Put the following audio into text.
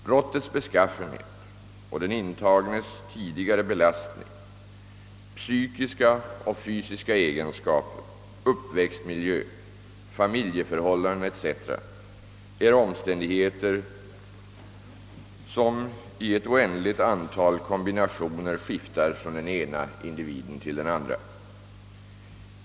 Brottets beskaffenhet samt den intagnes tidigare belastning, psykiska och fysiska egenskaper, uppväxtmiljö, familjeförhållanden etc. är omständigheter som i ett oändligt antal kombinationer skiftar från den ena individen till den andra.